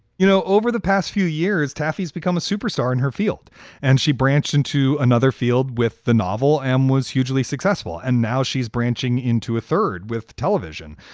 you know, over the past few years, tafe has become a superstar in her field and she branch in to another field with the novel and was hugely successful. and now she's branching into a third with television.